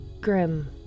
Grim